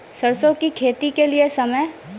सरसों की खेती के लिए समय?